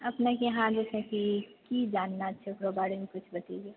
अपनेके यहाँ जइसे कि की जानना छै ओकरा बारेमे किछु बतैयै